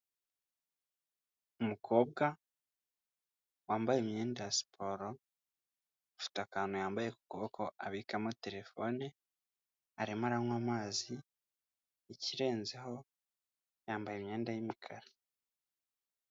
Umukobwa wambaye imyenda ya siporo afite akantu yambaye ku kuboko abikamo terefone, arimo aranywa amazi ikirenzeho yambaye imyenda y'imikara.